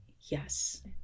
yes